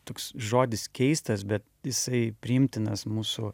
toks žodis keistas bet jisai priimtinas mūsų